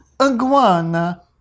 Iguana